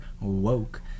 woke